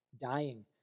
dying